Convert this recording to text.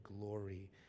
glory